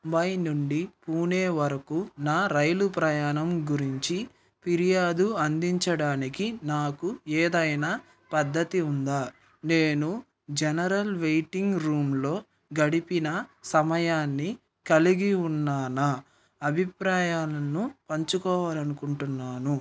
ముంబై నుండి పూణే వరకు నా రైలు ప్రయాణం గురించి ఫిర్యాదు అందించడానికి నాకు ఏదైనా పద్ధతి ఉందా నేను జనరల్ వెయిటింగ్ రూమ్లో గడిపే సమయాన్ని కలిగి ఉన్నానా అభిప్రాయాలను పంచుకోవాలనుకుంటున్నాను